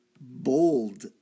bold